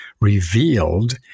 revealed